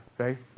Okay